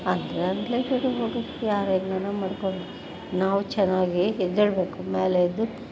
ಅಂದರೆ ಅನ್ನಲಿ ಬಿಡು ಹೋಗಲಿ ಯಾರು ಹೇಗೇ ಮಾಡ್ಕೊಳ್ಳಲಿ ನಾವು ಚೆನ್ನಾಗಿ ಎದ್ದೇಳಬೇಕು ಮೇಲೆ ಇದು